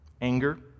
anger